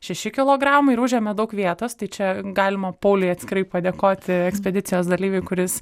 šeši kilogramai ir užėmė daug vietos tai čia galima pauliui atskirai padėkoti ekspedicijos dalyviui kuris